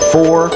Four